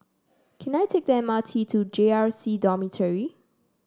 can I take the M R T to J R C Dormitory